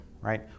right